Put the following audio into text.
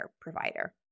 provider